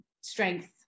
strength